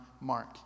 Mark